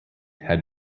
had